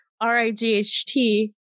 R-I-G-H-T